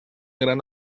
gran